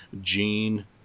Gene